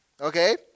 okay